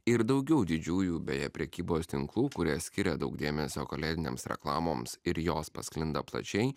ir daugiau didžiųjų beje prekybos tinklų kurie skiria daug dėmesio kalėdinėms reklamoms ir jos pasklinda plačiai